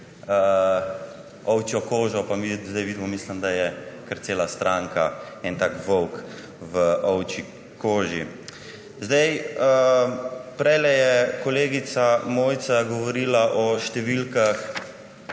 ovčjo kožo, pa mi zdaj vidimo, mislim, da je kar cela stranka en tak volk v ovčji koži. Prej je kolegica Mojca govorila o številkah